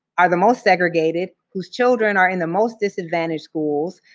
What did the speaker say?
are the most segregated, whose children are in the most disadvantaged schools,